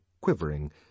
quivering